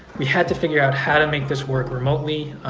we had to figure out how to make this work remotely.